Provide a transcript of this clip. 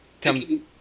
come